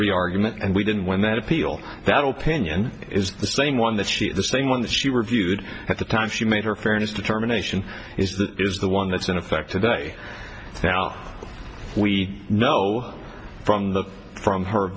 we argument and we didn't win that appeal that opinion is the same one that the same one that she reviewed at the time she made her fairness determination is that is the one that's in effect today now we know from the from her